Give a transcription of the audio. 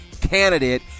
candidate